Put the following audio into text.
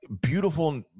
beautiful